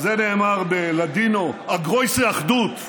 על זה נאמר בלדינו, א גרויסע אחדות.